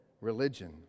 religion